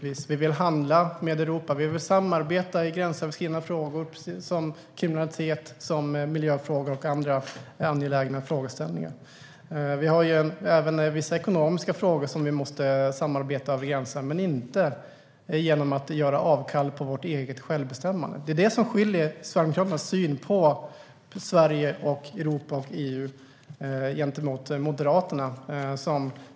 Vi vill handla med Europa. Vi vill samarbeta i gränsöverskridande frågor, som kriminalitet, miljöfrågor och andra angelägna frågeställningar. Vi har även vissa ekonomiska frågor som vi måste samarbeta om över gränserna men inte genom att ge avkall på vårt eget självbestämmande. Det är det som skiljer Sverigedemokraternas syn på Sverige, Europa och EU från Moderaternas.